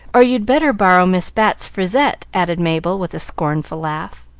or you'd better borrow miss bat's frisette, added mabel, with a scornful laugh.